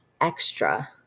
extra